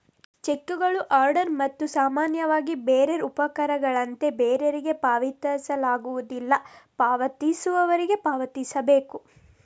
ಚೆಕ್ಕುಗಳು ಆರ್ಡರ್ ಮತ್ತು ಸಾಮಾನ್ಯವಾಗಿ ಬೇರರ್ ಉಪಪಕರಣಗಳಂತೆ ಬೇರರಿಗೆ ಪಾವತಿಸಲಾಗುವುದಿಲ್ಲ, ಪಾವತಿಸುವವರಿಗೆ ಪಾವತಿಸಬೇಕು